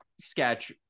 sketch